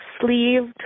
sleeved